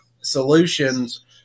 solutions